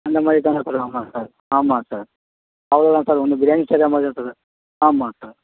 அந்த மாதிரி தான் சார் பண்ணுவாங்க சார் ஆமாம் சார் அவ்வளோ தான் சார் ஒன்று பிரியாணி செய்கிறா மாதிரி தான் சார் ஆமாம் சார்